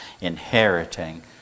inheriting